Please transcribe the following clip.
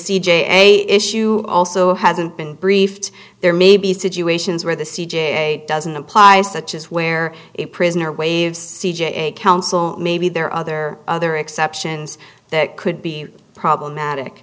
j issue also hasn't been briefed there may be situations where the c j doesn't apply such as where a prisoner waves counsel maybe there are other other exceptions that could be problematic